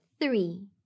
three